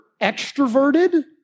extroverted